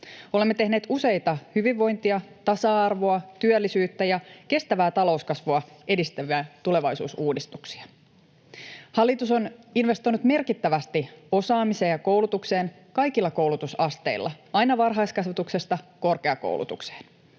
Olemme tehneet useita hyvinvointia, tasa-arvoa, työllisyyttä ja kestävää talouskasvua edistäviä tulevaisuusuudistuksia. Hallitus on investoinut merkittävästi osaamiseen ja koulutukseen kaikilla koulutusasteilla, aina varhaiskasvatuksesta korkeakoulutukseen.